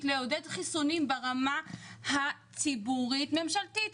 לעודד חיסונים ברמה הציבורית ממשלתית.